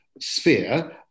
sphere